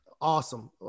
awesome